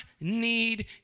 need